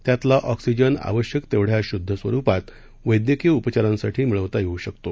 त्यातला ऑक्सीजन आवश्यक तेवढ्या शुद्ध स्वरुपात वध्क्रीय उपचारांसाठी मिळवता येऊ शकतो